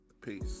peace